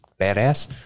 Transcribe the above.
badass